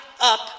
up